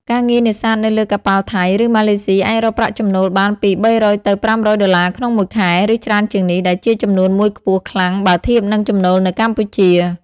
ការងារនេសាទនៅលើកប៉ាល់ថៃ ឬម៉ាឡេស៊ីអាចរកប្រាក់ចំណូលបានពី ៣០០ ទៅ ៥០០ ដុល្លារក្នុងមួយខែ ឬច្រើនជាងនេះ ដែលជាចំនួនមួយខ្ពស់ខ្លាំងបើធៀបនឹងចំណូលនៅកម្ពុជា។